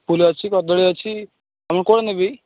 apple ଅଛି କଦଳୀ ଅଛି ଆଉ ମୁଁ କେଉଁଟା ନେବି